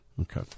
Okay